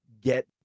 get